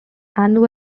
annual